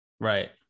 Right